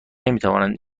نمیتوانند